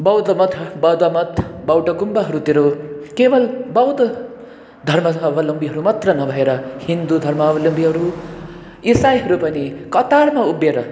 बौद्धमठ बौद्धमठ बौद्ध गुम्बाहरूतिर केवल बौद्ध धर्मका आवल्म्बीहरू मात्र नभएर हिन्दू धर्मावलम्बीहरू इसाईहरू पनि कतारमा उभिएर